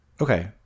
Okay